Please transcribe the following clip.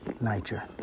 nature